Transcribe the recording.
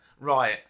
Right